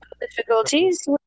Difficulties